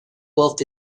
wolf